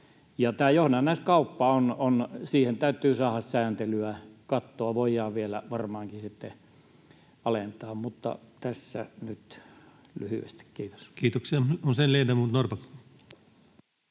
tähän johdannaiskauppaan täytyy saada sääntelyä. Kattoa voidaan vielä varmaankin alentaa. Tässä nyt lyhyesti. — Kiitos.